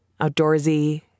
outdoorsy